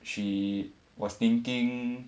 she was thinking